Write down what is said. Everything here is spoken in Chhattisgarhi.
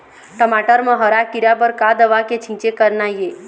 टमाटर म हरा किरा बर का दवा के छींचे करना ये?